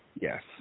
Yes